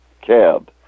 cab